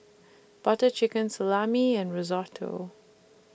Butter Chicken Salami and Risotto